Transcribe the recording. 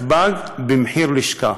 יונפק עבורו דרכון זמני בנתב"ג במחיר לשכה.